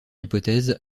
hypothèse